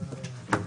הישיבה נעולה.